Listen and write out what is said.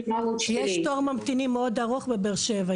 יש תור ממתינים מאוד ארוך בבאר שבע,